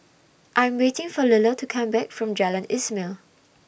I Am waiting For Lilla to Come Back from Jalan Ismail